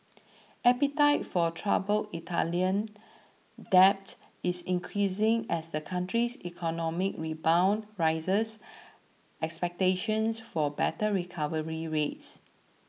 appetite for troubled Italian debt is increasing as the country's economic rebound raises expectations for better recovery rates